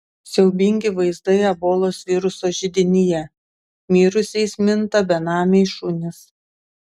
siaubingi vaizdai ebolos viruso židinyje mirusiaisiais minta benamiai šunys